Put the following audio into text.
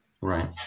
Right